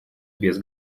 без